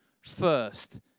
first